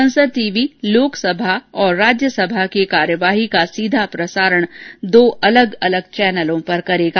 संसद टीवी लोक सभा और राज्य सभा की कार्यवाही का सीधा प्रसारण दो अलग अलग चैनलों पर प्रसारित करेगा